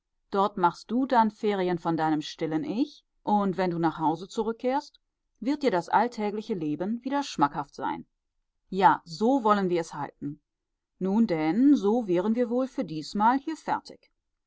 dort machst du dann ferien von deinem stillen ich und wenn du nach hause zurückkehrst wird dir das alltägliche leben wieder schmackhaft sein ja so wollen wir es halten nun denn so wären wir wohl für diesmal hier fertig